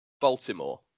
Baltimore